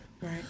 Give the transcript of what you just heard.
Right